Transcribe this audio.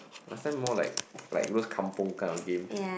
last time more like like those kampung kind of games